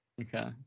Okay